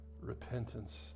repentance